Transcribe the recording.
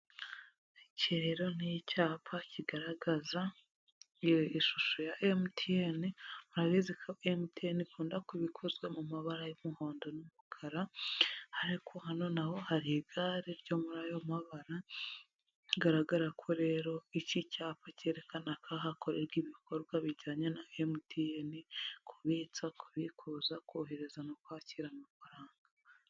Iki rero ni icyapa kigaragaza iyo ishusho ya MTN, urabizi ko MTN ikunda kuba ikozwe mu mabara y'umuhondo n'umukara, ariko hano n'aho hari igare ryo muri ayo mabara, bigaragara ko rero iki cyapa cyerekana ko hakorerwa ibikorwa bijyanye na MTN, kubitsa, kubikuza, kohereza no kwakira amafaranga.